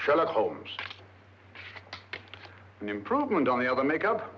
sherlock holmes and improvement on the other make up